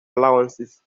allowances